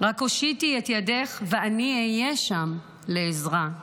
רק הושיטי את ידך ואני אהיה שם לעזרה /